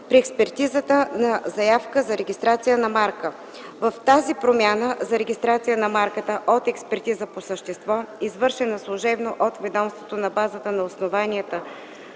при експертизата на заявка за регистрация на марка. В тази промяна за регистрация на марката – от експертиза по същество, извършена служебно от ведомството на базата на основанията,